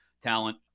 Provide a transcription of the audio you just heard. talent